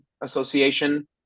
association